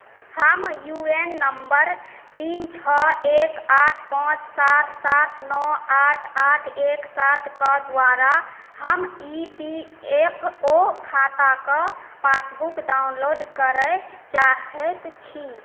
हम U N number तीन छओ एक आठ पाँच सात सात नओ आठ आठ एक सातके द्वारा हम ई पी एफ ओ खाताके पासबुक डाउनलोड करय चाहैत छी